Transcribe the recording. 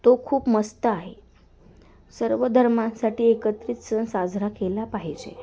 तो खूप मस्त आहे सर्व धर्मांसाठी एकत्रित सण साजरा केला पाहिजे